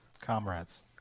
Comrades